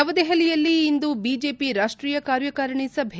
ನವದೆಹಲಿಯಲ್ಲಿ ಇಂದು ಬಿಜೆಪಿ ರಾಷ್ಟೀಯ ಕಾರ್ಯಕಾರಿಣಿ ಸಭೆ